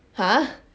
!huh!